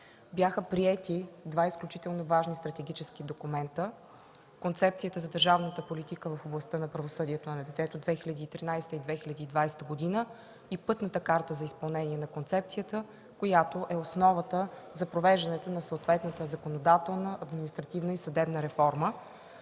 Бяха приети два изключително важни стратегически документа: „Концепцията за държавната политика в областта на правосъдието на детето 2013-2020 г.” и Пътната карта за изпълнение на концепцията, която е основата за провеждането на съответната законодателна, административна и съдебна реформа.